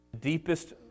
deepest